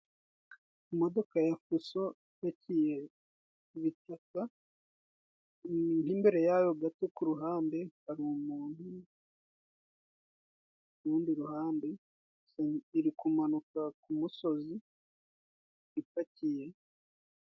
Imodoka ya fuso ipakiye ibitaka. Nk'imbere yaho gato kuruhande hari umuntu, kurundi ruhande irikumanuka kumusozi ipakiye.